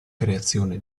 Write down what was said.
creazione